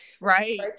Right